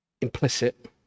Implicit